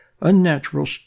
unnatural